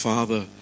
Father